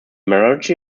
majority